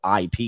IP